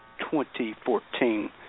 2014